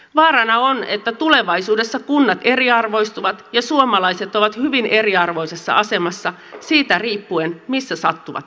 vaarana on että tulevaisuudessa kunnat eriarvoistuvat ja suomalaiset ovat hyvin eriarvoisessa asemassa siitä riippuen missä sattuvat asumaan